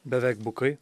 beveik bukai